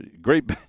Great